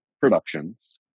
productions